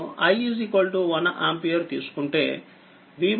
కాబట్టినేను i1 ampere తీసుకుంటేViV1 V